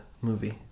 movie